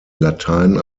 latein